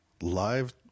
live